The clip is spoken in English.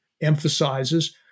emphasizes